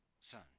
son